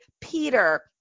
Peter